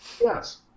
Yes